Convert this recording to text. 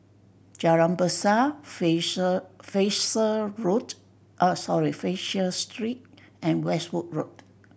Jalan Besar Fraser Fraser Road Ah Sorry Fraser Street and Westwood Road